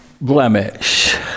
blemish